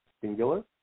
singular